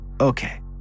Okay